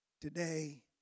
today